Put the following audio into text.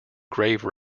grave